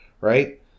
right